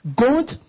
God